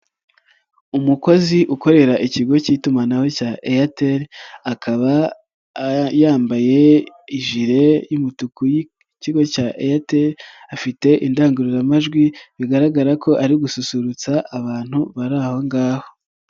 Umukozi ukorera ikigo k'itumanaho cya Airtel akaba yambaye ijire y'umutuku y'ikigo cya Airtel, afite indangururamajwi bigaragara ko ari gususurutsa abantu bari aho ngaho.